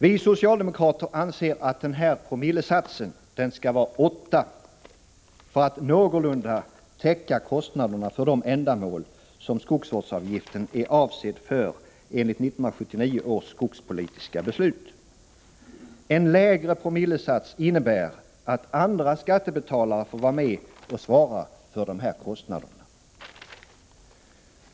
Vi socialdemokrater anser att denna avgift skall vara 8 Zoo, för att den någorlunda skall täcka kostnaderna för de ändamål som skogsvårdsavgiften är avsedd för enligt 1979 års skogspolitiska beslut. En lägre promillesats innebär att andra skattebetalare får vara med och svara för dessa kostnader.